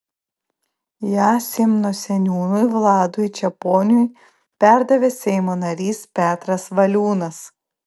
ją simno seniūnui vladui čeponiui perdavė seimo narys petras valiūnas